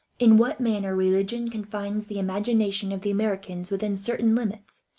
in what manner religion confines the imagination of the americans within certain limits,